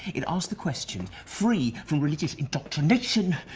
it asks the question free from religious indoctrination,